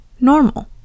Normal